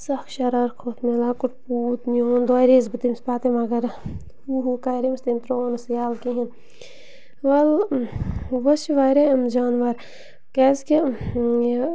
سَکھ شَرارت کھوٚت مےٚ لۄکُٹ پوٗت نیوٗوُن دورییَس بہٕ تٔمِس پَتَے مگر ہُہ ہُہ کَریمَس تٔمۍ ترٛوو نہٕ سُہ یَلہٕ کِہیٖنۍ وَل وۄنۍ چھِ واریاہ یِم جانوَر کیٛازِکہِ یہِ